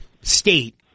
State